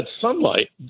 sunlight